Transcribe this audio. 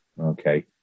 Okay